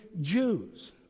Jews